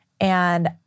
And-